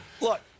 look